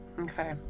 Okay